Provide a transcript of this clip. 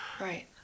Right